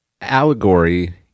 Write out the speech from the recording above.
Allegory